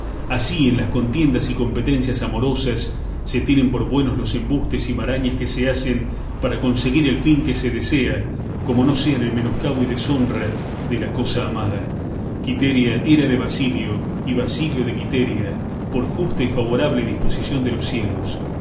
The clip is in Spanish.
así en las contiendas y competencias amorosas se tienen por buenos los embustes y marañas que se hacen para conseguir el fin que se desea como no sean en menoscabo y deshonra de la cosa amada quiteria era de basilio y basilio de quiteria por justa y favorable disposición de los cielos